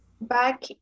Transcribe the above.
back